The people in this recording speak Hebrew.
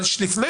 אבל לפני